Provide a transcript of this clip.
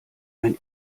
ein